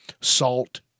salt